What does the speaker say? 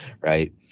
right